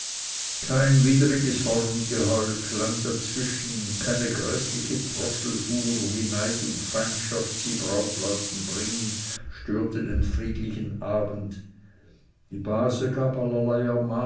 kein widriges horngeheul klang dazwischen keine gräßliche trosselfuhr wie neid oder feindschaft sie brautleuten bringen störte den friedlichen abend die base